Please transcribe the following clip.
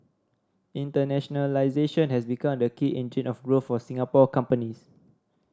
internationalisation has become the key engine of growth for Singapore companies